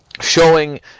showing